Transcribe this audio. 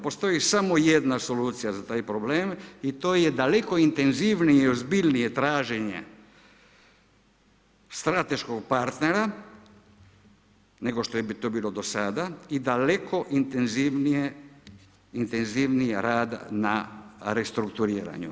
Postoji samo jedna solucija za taj problem i to je daleko intenzivnije i ozbiljnije traženje strateškog partnera nego što je to bilo do sada i daleko intenzivniji rad na restrukturiranju.